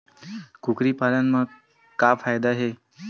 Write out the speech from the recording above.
कुकरी पालन म का फ़ायदा हे?